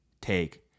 take